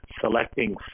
selecting